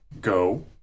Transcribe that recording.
...go